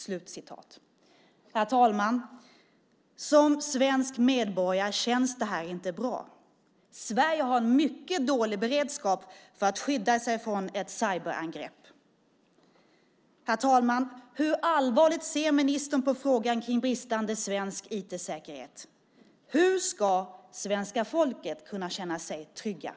Som svensk medborgare känns det inte bra. Sverige har en mycket dålig beredskap för att skydda sig mot ett cyberangrepp. Hur allvarligt ser ministern på frågan kring bristande svensk IT-säkerhet? Hur ska svenska folket kunna känna sig tryggt?